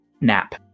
nap